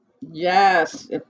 Yes